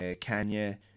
kenya